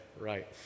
right